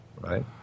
right